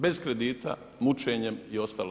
Bez kredita, mučenjem i ostalo.